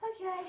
Okay